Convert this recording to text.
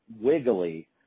wiggly